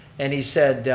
and he said,